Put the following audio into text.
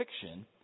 fiction